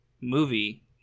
movie